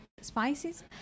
spices